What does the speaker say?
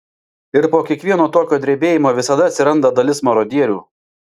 ir po kiekvieno tokio drebėjimo visada atsiranda dalis marodierių